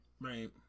right